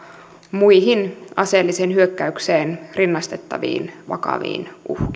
muihin aseelliseen hyökkäykseen rinnastettaviin vakaviin uhkiin